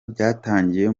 byatangiye